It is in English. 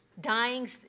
Dying